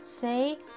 say